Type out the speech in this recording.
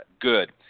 good